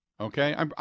okay